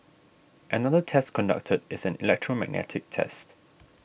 another test conducted is an electromagnetic test